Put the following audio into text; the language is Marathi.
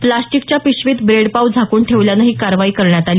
प्लास्टिकच्या पिशवीत ब्रेडपाव झाकून ठेवल्यानं ही कारवाई करण्यात आली